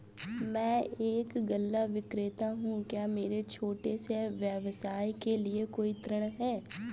मैं एक गल्ला विक्रेता हूँ क्या मेरे छोटे से व्यवसाय के लिए कोई ऋण है?